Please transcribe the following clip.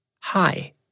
Hi